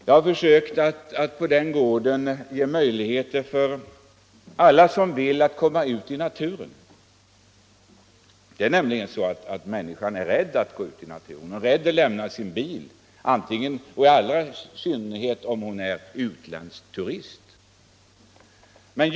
Jag har försökt att på den gården öppna möjligheter för alla som vill att komma ut i naturen. Det är nämligen så att människor vanligen är rädda för att gå ut i naturen, att lämna sin bil. Detta gäller i synnerhet de utländska turisterna.